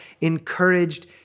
encouraged